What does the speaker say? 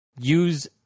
use